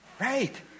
Right